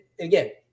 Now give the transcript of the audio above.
again